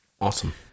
Awesome